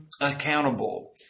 accountable